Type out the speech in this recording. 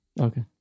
Okay